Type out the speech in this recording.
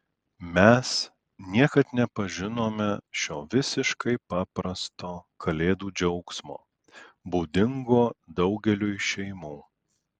mes niekad nepažinome šio visiškai paprasto kalėdų džiaugsmo būdingo daugeliui šeimų